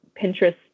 Pinterest